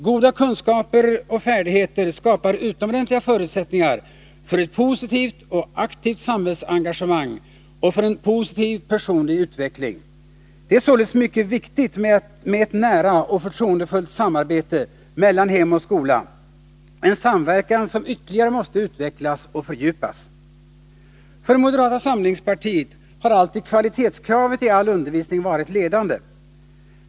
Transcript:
Goda kunskaper och färdigheter skapar utomordentliga förutsättningar för ett positivt och aktivt samhällsengagemang och för en positiv personlig utveckling. Det är således mycket viktigt med ett nära och förtroendefullt samarbete mellan hem och skola, en samverkan som ytterligare måste utvecklas och fördjupas. För moderata samlingspartiet har alltid kvalitetskravet i all undervisning varit ledande.